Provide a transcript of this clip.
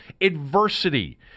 adversity